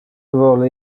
vole